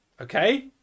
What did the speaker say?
okay